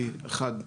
כי אחד,